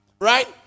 Right